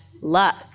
luck